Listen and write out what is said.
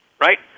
right